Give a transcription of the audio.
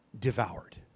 devoured